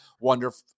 wonderful –